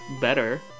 better